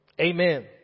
Amen